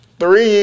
Three